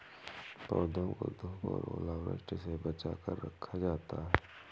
पौधों को धूप और ओलावृष्टि से बचा कर रखा जाता है